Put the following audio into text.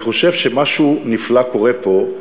אני חושב שמשהו נפלא קורה פה,